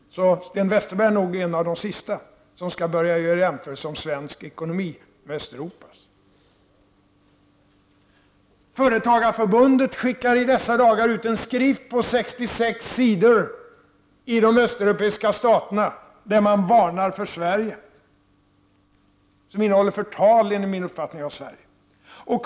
Sten Westerberg är nog en av de sista som skall göra jämförelser mellan svensk ekonomi och Östeuropas. Företagarförbundet skickar i dessa dagar ut en skrift på 66 sidor i de östeuropeiska staterna i vilken man varnar för Sverige. Den innehåller, enligt min uppfattning, förtal av Sverige.